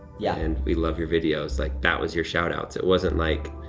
yeah. and we love your videos, like that was your shout-outs. it wasn't like,